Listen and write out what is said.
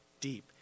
deep